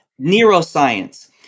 neuroscience